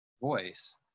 voice